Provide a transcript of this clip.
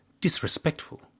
Disrespectful